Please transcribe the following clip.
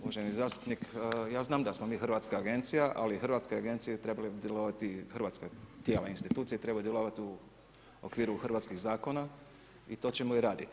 Uvaženi zastupnik, ja znam da smo mi hrvatska agencija ali hrvatske agencije trebale bi djelovati u Hrvatskoj, tijela institucije trebaju djelovati u okviru hrvatskih zakona i to ćemo i raditi.